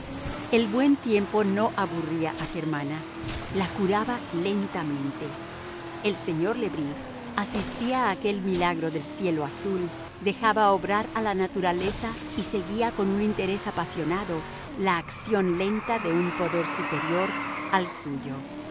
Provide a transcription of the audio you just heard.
el buen tiempo no aburría a germana la curaba lentamente el señor le bris asistía a aquel milagro del cielo azul dejaba obrar a la naturaleza y seguía con un interés apasionado la acción lenta de un poder superior al suyo